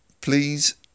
please